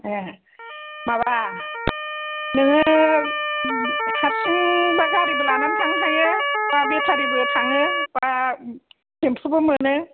ए माबा नोङो हारसिं बा गारिबो लांनानै थांनो हायो बा बेटारिबो थाङो बा थेमफुबो मोनो